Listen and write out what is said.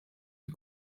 die